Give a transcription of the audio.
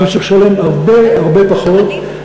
שצריך לשלם הרבה פחות.